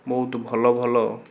ବହୁତ ଭଲ ଭଲ